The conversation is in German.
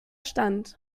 stand